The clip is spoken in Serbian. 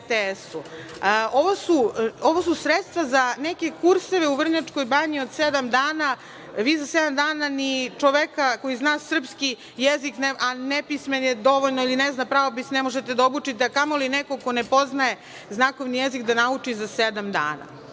su sredstva za neke kurseve u Vrnjačkoj Banji od sedam dana. Vi za sedam dana ni čoveka koji zna srpski jezik, a nepismen je dovoljno ili ne zna pravopis ne možete da obučite, a kamoli nekog ko ne poznaje znakovni jezik da nauči za sedam